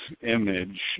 image